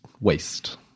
waste